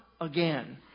again